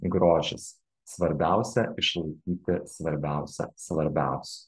grožis svarbiausia išlaikyti svarbiausią svarbiausiu